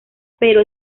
pero